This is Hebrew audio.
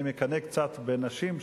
אני מקנא קצת בנשים,